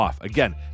Again